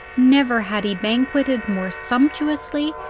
never had he banquetted more sumptuously,